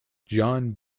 john